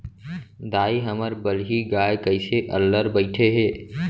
दाई, हमर बलही गाय कइसे अल्लर बइठे हे